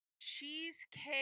cheesecake